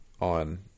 on